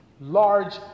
large